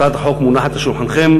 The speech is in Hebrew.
הצעת החוק מונחת על שולחנכם,